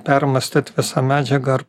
permąstyt visą medžiagą ir